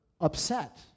upset